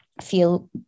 feel